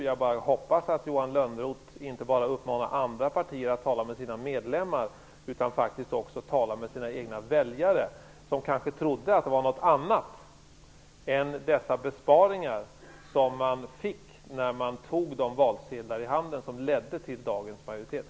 Jag bara hoppas att Johan Lönnroth inte bara uppmanar andra partier att tala med sina medlemmar utan att han faktiskt själv också talar med sina egna väljare, som kanske trodde att det var något annat än dessa besparingar som man skulle få när man i sin hand tog sin valsedel och därmed gjorde det val som gav upphov till dagens majoritet.